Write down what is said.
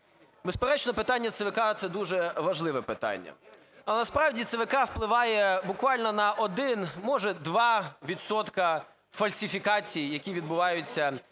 Безперечно, питання ЦВК – це дуже важливе питання. Але, насправді ЦВК впливає буквально на один, може, два відсотка фальсифікацій, які відбуваються